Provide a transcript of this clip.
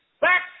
back